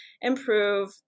improve